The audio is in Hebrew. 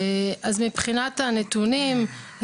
מבחינת הנתונים,